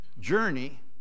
journey